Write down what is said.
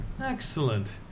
Excellent